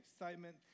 excitement